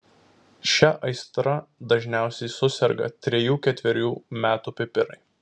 šia aistra dažniausiai suserga trejų ketverių metų pipirai